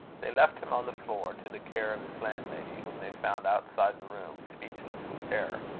they left him on the floor, to the care of his landlady, whom they found outside the room, speechless with terror.